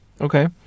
okay